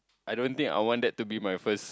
I don't think I want that to be my first